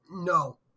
No